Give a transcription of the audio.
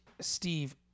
Steve